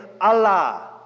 Allah